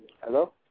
Hello